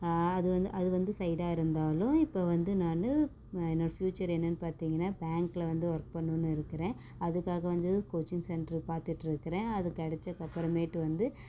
அது வந்து அது வந்து சைடாக இருந்தாலும் இப்போ வந்து நான் என்னோடய ஃப்யூச்சர் என்னன்னு பார்த்திங்கனா பேங்க்ல வந்து ஒர்க் பண்ணனும்னு இருக்கிறேன் அதுக்காக வந்து கோச்சிங் சென்ட்ரு பார்த்துட்ருக்குறேன் அது கிடச்சக்கப்பறமேட்டு வந்து